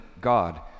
God